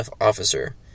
officer